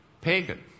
pagan